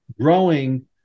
growing